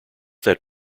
that